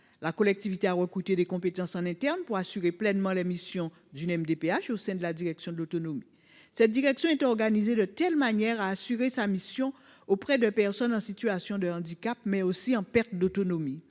personnes dont les compétences permettent d'assurer pleinement les missions d'une MDPH au sein de la direction de l'autonomie. Cette direction est organisée de manière à assurer sa mission auprès des personnes en situation de handicap, mais aussi en perte d'autonomie.